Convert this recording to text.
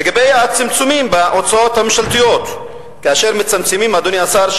לגבי הצמצומים בהוצאות הממשלתיות, אדוני השר,